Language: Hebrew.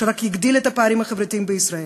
שרק יגדיל את הפערים החברתיים בישראל.